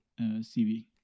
cv